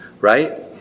Right